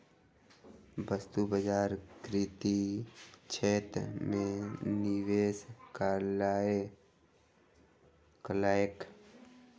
वस्तु बजार कृषि क्षेत्र में निवेश कयलक